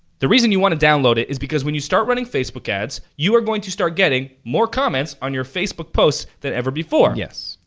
the reason you wanna download it is because when you start running facebook ads you are going to start getting more comments on your facebook posts than ever before. yes.